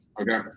Okay